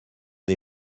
des